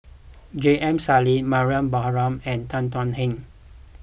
J M Sali Mariam Baharom and Tan Thuan Heng